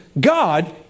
God